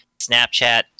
Snapchat